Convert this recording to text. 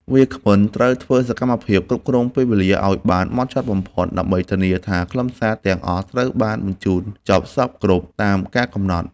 វាគ្មិនត្រូវធ្វើសកម្មភាពគ្រប់គ្រងពេលវេលាឱ្យបានហ្មត់ចត់បំផុត ដើម្បីធានាថាខ្លឹមសារទាំងអស់ត្រូវបានបញ្ជូនចប់សព្វគ្រប់តាមការកំណត់។